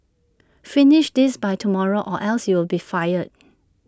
finish this by tomorrow or else you'll be fired